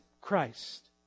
Christ